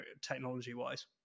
technology-wise